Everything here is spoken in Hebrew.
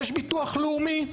יש ביטוח לאומי.